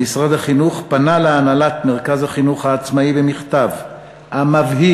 במשרד החינוך פנה להנהלת מרכז החינוך העצמאי במכתב המבהיר